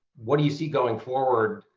what do you see going forward?